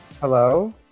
Hello